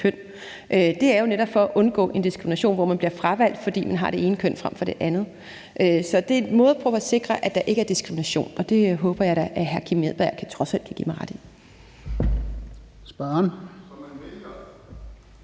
Det er netop for at undgå en diskrimination, hvor man bliver fravalgt på grund af det køn, man har. Så det er en måde at sikre, at der ikke er diskrimination, og det håber jeg hr. Kim Edberg trods alt vil give mig ret i.